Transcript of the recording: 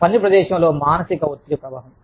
పని ప్రదేశంలో మానసిక ఒత్తిడి ప్రభావం